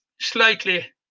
slightly